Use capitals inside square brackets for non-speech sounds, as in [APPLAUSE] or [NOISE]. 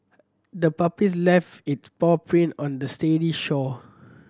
the puppies left its paw print on the [UNINTELLIGIBLE] shore